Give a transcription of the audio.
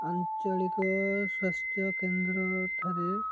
ଆଞ୍ଚଳିକ ସ୍ୱାସ୍ଥ୍ୟ କେନ୍ଦ୍ର ଠାରେ